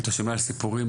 על סיפורים